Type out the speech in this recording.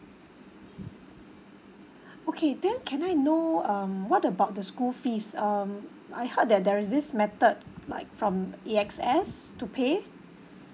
okay then can I know um what about the school fees um I heard that there's this method like from A_X_S to pay